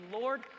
Lord